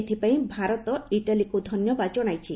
ଏଥିପାଇଁ ଭାରତ ଇଟାଲୀକୁ ଧନ୍ୟବାଦ ଜଣାଇଛି